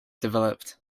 developed